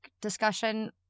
discussion